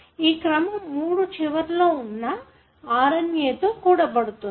ఆ క్రమం 3 చివర్లో వున్నా RNA తో కూడబడుతుంది